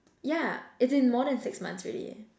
yeah as in more than six months already leh